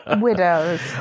Widows